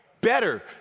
better